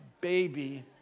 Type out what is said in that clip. baby